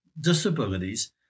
disabilities